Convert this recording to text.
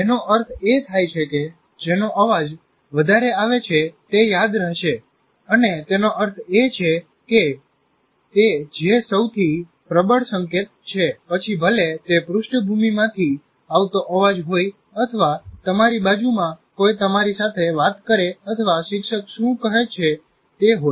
જેનો અર્થ એ થાય છે કે જેનો અવાજ વધારે આવે છે તે યાદ રહેશે અને તેનો અર્થ એ છે કે તેજે સૌથી પ્રબળ સંકેત છે પછી ભલે તે પૃષ્ઠભૂમિ માંથી આવતો અવાજ હોય અથવા તમારી બાજુમાં કોઈ તમારી સાથે વાત કરે અથવા શિક્ષક શું કહે છે તે હોય